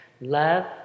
love